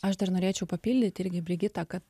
aš dar norėčiau papildyt irgi brigitą kad